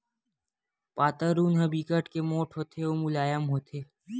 पातर ऊन ह बिकट के पोठ होथे अउ मुलायम होथे